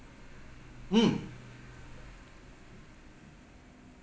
mm